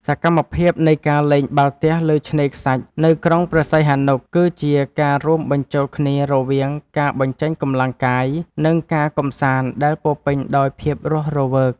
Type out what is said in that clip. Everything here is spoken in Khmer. សកម្មភាពនៃការលេងបាល់ទះលើឆ្នេរខ្សាច់នៅក្រុងព្រះសីហនុ គឺជាការរួមបញ្ចូលគ្នារវាងការបញ្ចេញកម្លាំងកាយ និងការកម្សាន្តដែលពោរពេញដោយភាពរស់រវើក។